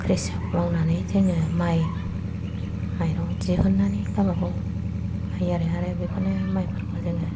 क्रिसक मावनानै जोङो माइ माइरं दिहुननानै गावबागाव लायो आरो बेखौनो माइफोरखौ जोङो